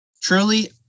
Truly